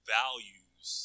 values